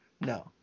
no